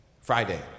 Friday